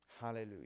Hallelujah